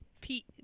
Pete